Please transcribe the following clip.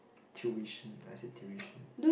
tuition I said tuition